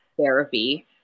therapy